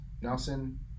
Nelson